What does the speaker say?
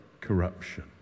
corruption